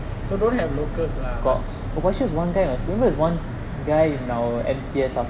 so don't have locals lah much